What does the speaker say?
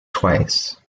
twice